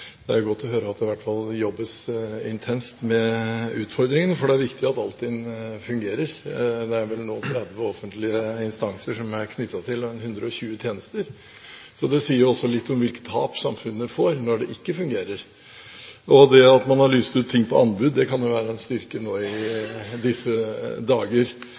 Det er godt å høre at det i hvert fall jobbes intenst med utfordringene, for det er viktig at Altinn fungerer. Det er vel nå 30 offentlige instanser som er knyttet til systemet, og 120 tjenester, så det sier jo litt om hvilket tap samfunnet har når det ikke fungerer. Det at man har lyst ut ting på anbud, kan jo være en styrke nå i disse dager.